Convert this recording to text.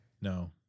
No